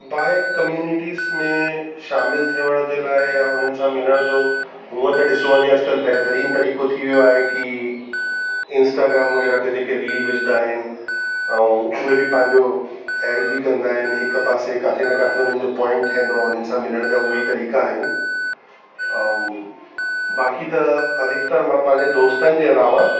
bike communities में शामिल थियणु जे लाइ या हुननि सां मिलण जो हूअ त ॾिसो वञे अॼुकल्ह बहितरीन तरीक़ो थी वियो आहे कि इंस्टाग्राम वग़ैरह ते जेके रील विझंदा आहिनि ऐं उहे बि पंहिंजो एड बि कंदा आहिनि हिकु पासे किथे न किथे उन्हनि जो पॉइंट ठहींदो आहे उन्हनि सां मिलण सां उहे ई तरीक़ा आहिनि ऐं बाक़ी त अधिकतर मां पंहिंजे दोस्तनि जे अलावा